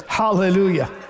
Hallelujah